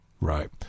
right